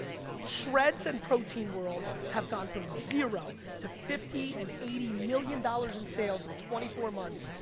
shredz and protein world have gone from zero to fifty and eighty million dollars in sales in twenty four months,